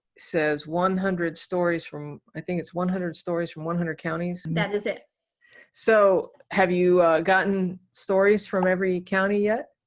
says one hundred stories from i think it's one hundred stories from one hundred counties meted it so have you gotten stories from every county yet?